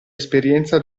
esperienza